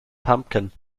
pumpkin